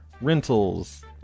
Rentals